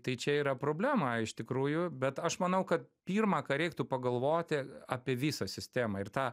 tai čia yra problema iš tikrųjų bet aš manau kad pirma ką reiktų pagalvoti apie visą sistemą ir tą